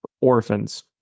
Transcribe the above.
orphans